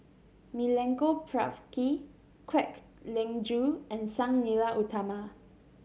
Milenko Prvacki Kwek Leng Joo and Sang Nila Utama